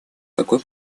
такой